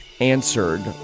answered